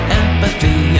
empathy